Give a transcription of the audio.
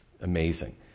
amazing